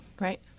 Right